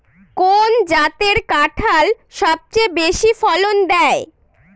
কোন জাতের কাঁঠাল সবচেয়ে বেশি ফলন দেয়?